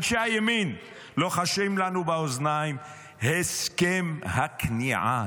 אנשי הימין, לוחשים לנו באוזניים שזה הסכם הכניעה.